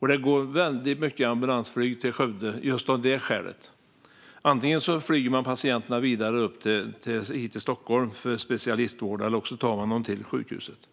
Det går väldigt mycket ambulansflyg till Skövde just av det skälet. Antingen flyger man patienterna vidare upp hit till Stockholm för specialistvård eller också tar man dem till sjukhuset.